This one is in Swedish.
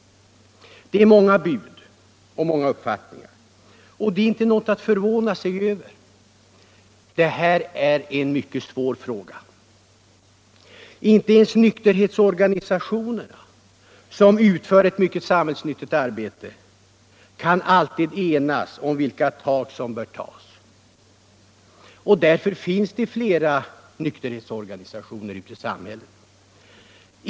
Det är många bud och många uppfattningar, och det är inte något att förvåna sig över. Detta är en mycket svår fråga. Inte ens nykterhetsorganisationerna — som utför ett mycket samhällsnyttigt arbete — kan alltid enas om vilka tag som bör tas — och därför finns det fler nykterhetsorganisationer ute i samhället.